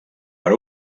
per